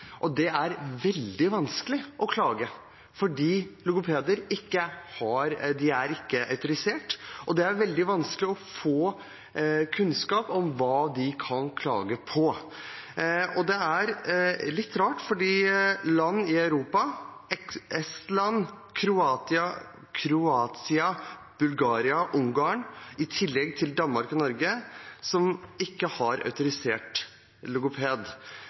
og det er veldig vanskelig å klage fordi logopeder ikke er autorisert. Det er også veldig vanskelig å få kunnskap om hva de kan klage på. Det er litt rart at det i Europa kun er Estland, Kroatia, Bulgaria og Ungarn, i tillegg til Danmark og Norge, som ikke har